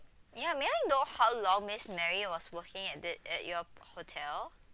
ya may I know how long miss mary was working at the at your hotel